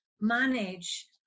manage